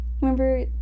Remember